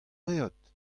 reot